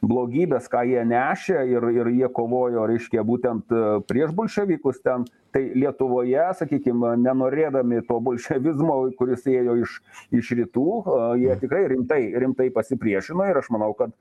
blogybes ką jie nešė ir ir jie kovojo reiškia būtent prie bolševikus ten tai lietuvoje sakykim nenorėdami to bolševizmo kuris ėjo iš iš rytų jie tikrai rimtai rimtai pasipriešino ir aš manau kad